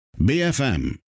BFM